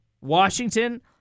Washington